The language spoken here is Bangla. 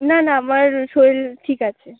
না না আমার শরীর ঠিক আছে